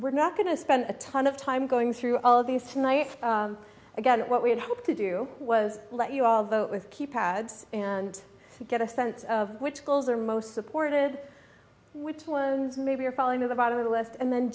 we're not going to spend a ton of time going through all of these tonight again what we had hoped to do was let you all vote with keypads and get a sense of which schools are most supported which was maybe or falling to the bottom of the list and then